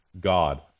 God